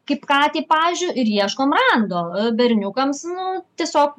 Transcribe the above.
kaip katei pavyzdžiui ir ieškom rando berniukams nu tiesiog